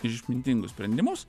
ir išmintingus sprendimus